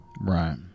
Right